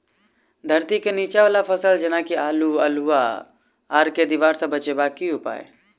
धरती केँ नीचा वला फसल जेना की आलु, अल्हुआ आर केँ दीवार सऽ बचेबाक की उपाय?